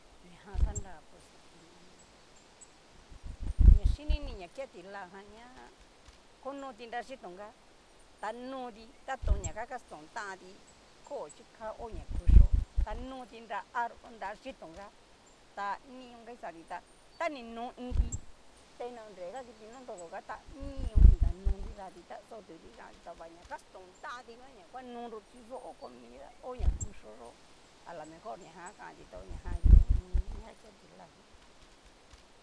Ñajan xanra pues hu u un. ña yinini ña ke ti'la jan ña konoti nra xhitónga ta noti, taton ña xaston tanti kó chi ka ho ña kuchio ta noti nra ar nra yiton ka ta nion a kixati tá tani nó iin ti, ta ni na horega kiti norodoga tá nion ni ka no nidati ta xa otuti kixanti tava ña kastontanti nguan ña nguanoro chi yó ho comida ho ña kuxhó yó alomejor ñajan a kanti to ñajan hu ho o on. ña akea tilajan.